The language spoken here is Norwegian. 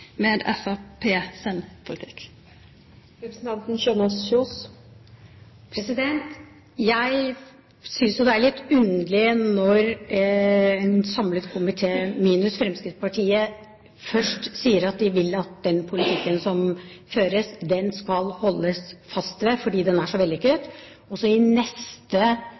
med Framstegspartiets politikk? Jeg synes det er litt underlig når en samlet komite, minus Fremskrittspartiet, først sier at de vil at den politikken som føres, skal det holdes fast ved fordi den er så vellykket, mens det i neste